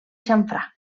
xamfrà